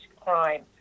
crime